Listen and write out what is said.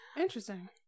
Interesting